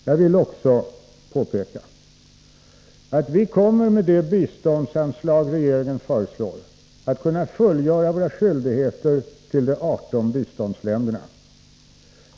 Jag vill också påpeka att vi kommer med det biståndsanslag regeringen föreslår att kunna fullgöra våra skyldigheter till de 18 biståndsländerna.